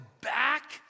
back